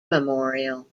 memorial